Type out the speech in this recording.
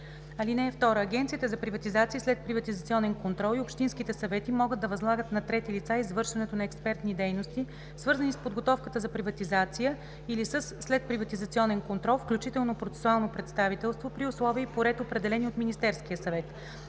сделка. (2) Агенцията за приватизация и следприватизационен контрол и общинските съвети могат да възлагат на трети лица извършването на експертни дейности, свързани с подготовката за приватизация или със следприватизационен контрол, включително процесуално представителство, при условия и по ред, определени от Министерския съвет.